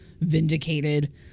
vindicated